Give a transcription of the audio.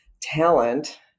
talent